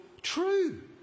true